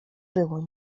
było